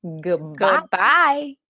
Goodbye